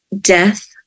death